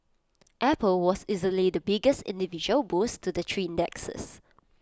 apple was easily the biggest individual boost to the three indexes